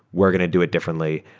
we're going to do it differently.